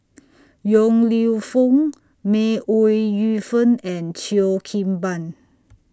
Yong Lew Foong May Ooi Yu Fen and Cheo Kim Ban